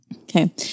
Okay